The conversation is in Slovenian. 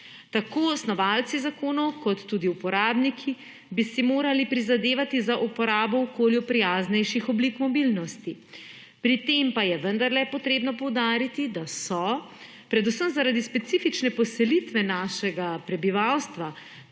tako snovalci zakonov kot tudi uporabniki bi si morali prizadevati za uporabo okolju prijaznejših oblik mobilnosti pri tem pa je vendarle potrebno poudariti, da so predvsem, zaradi specifične poselitve našega prebivalstva